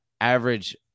average